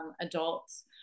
adults